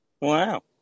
Wow